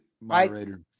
moderator